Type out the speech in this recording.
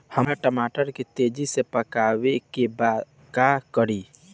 हमरा टमाटर के तेजी से पकावे के बा का करि?